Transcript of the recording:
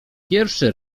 pierwszy